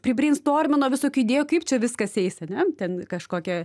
pribreinstormino visokių idėjų kaip čia viskas eis ane ten kažkokia